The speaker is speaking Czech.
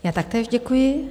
Já taktéž děkuji.